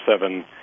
seven